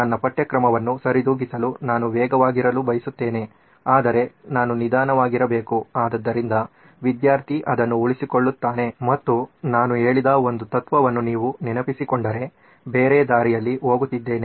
ನನ್ನ ಪಠ್ಯಕ್ರಮವನ್ನು ಸರಿದೂಗಿಸಲು ನಾನು ವೇಗವಾಗಿರಲು ಬಯಸುತ್ತೇನೆ ಆದರೆ ನಾನು ನಿಧಾನವಾಗಿರಬೇಕು ಆದ್ದರಿಂದ ವಿದ್ಯಾರ್ಥಿ ಅದನ್ನು ಉಳಿಸಿಕೊಳ್ಳುತ್ತಾನೆ ಮತ್ತು ನಾನು ಹೇಳಿದ ಒಂದು ತತ್ವವನ್ನು ನೀವು ನೆನಪಿಸಿಕೊಂಡರೆ ಬೇರೆ ದಾರಿಯಲ್ಲಿ ಹೋಗುತ್ತಿದ್ದೇನೆ